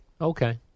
okay